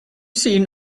seen